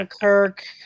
Kirk